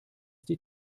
die